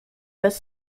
bez